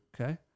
Okay